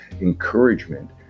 encouragement